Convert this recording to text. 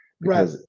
Right